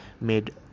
made